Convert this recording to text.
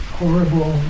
horrible